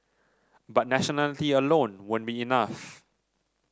but nationality alone won't be enough